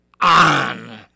on